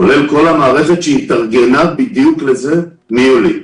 כולל כל המערכת שהתארגנה בדיוק לזה מיולי.